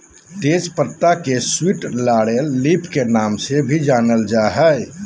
तेज पत्ता के स्वीट लॉरेल लीफ के नाम से भी जानल जा हइ